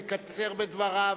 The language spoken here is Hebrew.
מקצר בדבריו.